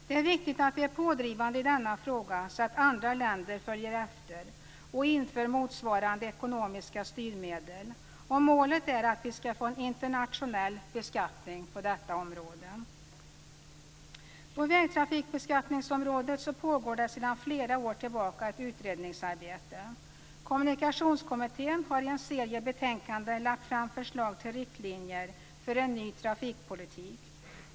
Det är viktigt att vi är pådrivande i denna fråga så att andra länder följer efter och inför motsvarande ekonomiska styrmedel. Målet är att vi skall få en internationell beskattning på detta område. På vägtrafikbeskattningsområdet pågår sedan flera år ett utredningsarbete. Kommunikationskommittén har i en serie betänkanden lagt fram förslag till riktlinjer för en ny trafikpolitik.